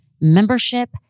membership